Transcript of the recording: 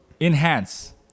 Enhance